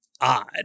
odd